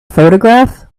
photograph